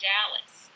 Dallas